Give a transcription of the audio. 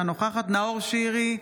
אינה נוכחת נאור שירי,